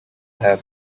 have